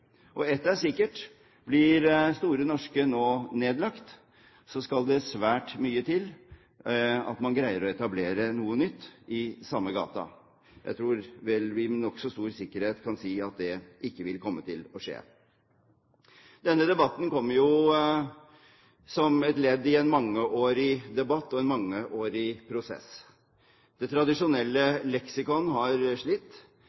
Ett er sikkert: Blir Store norske nå nedlagt, skal det svært mye til at man greier å etablere noe nytt i samme gate. Jeg tror vi med nokså stor sikkerhet kan si at det ikke vil komme til å skje. Denne debatten kom som et ledd i en mangeårig debatt og en mangeårig prosess. Det tradisjonelle leksikon har slitt.